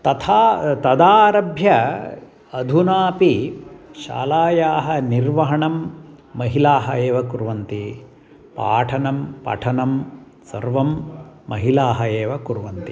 तथा तदा आरभ्य अधुनापि शालायाः निर्वहणं महिलाः एव कुर्वन्ति पाठनं पठनं सर्वं महिलाः एव कुर्वन्ति